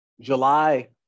July